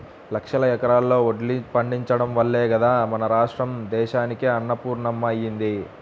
లక్షల ఎకరాల్లో వడ్లు పండించడం వల్లే గదా మన రాష్ట్రం దేశానికే అన్నపూర్ణమ్మ అయ్యింది